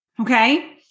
Okay